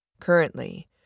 Currently